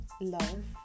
love